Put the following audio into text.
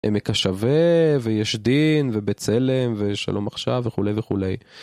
עמק השווה ויש דין ובצלם ושלום עכשיו וכולי וכולי.